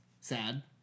Sad